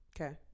okay